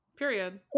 Period